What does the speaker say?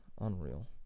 Unreal